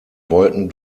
wollten